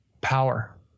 power